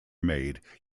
made